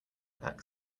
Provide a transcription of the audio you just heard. pack